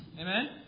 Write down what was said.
Amen